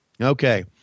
Okay